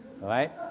Right